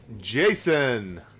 Jason